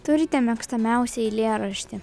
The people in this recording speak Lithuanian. turite mėgstamiausią eilėraštį